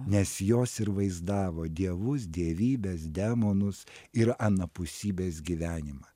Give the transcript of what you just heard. nes jos ir vaizdavo dievus dievybes demonus ir anapusybės gyvenimą